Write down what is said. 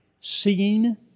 seeing